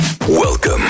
Welcome